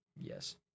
Yes